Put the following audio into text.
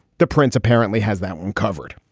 the prince apparently has that one covered